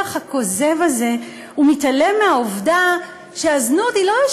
השיח הכוזב הזה מתעלם מהעובדה שהזנות היא לא איזו